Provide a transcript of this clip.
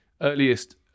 earliest